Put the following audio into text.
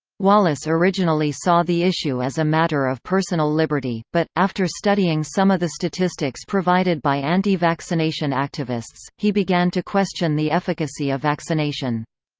wallace originally saw the issue as a matter of personal liberty but, after studying some of the statistics provided by anti-vaccination activists, he began to question the efficacy of vaccination.